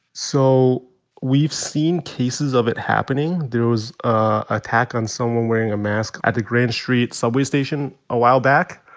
so we've seen cases of it happening. there was an attack on someone wearing a mask at the grand street subway station a while back.